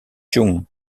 chung